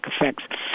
effects